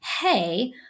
hey